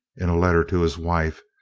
in a letter to his wife,